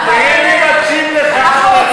תראה מי מקשיב לך.